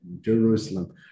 Jerusalem